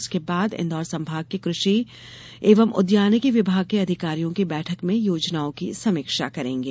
उसके बाद इंदौर संभाग के कृषि एवं उद्यानिकी विभाग के अधिकारियों की बैठक में योजनाओं की समीक्षा करेंगे